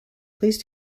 please